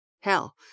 Hell